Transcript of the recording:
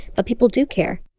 but people do care